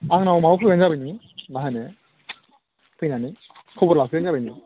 आंनाव माबा फैबानो जाबाय नोङो मा होनो फैनानै खबर लाफैबानो जाबाय नोङो